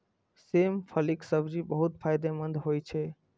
सेम फलीक सब्जी बहुत फायदेमंद होइ छै